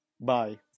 bye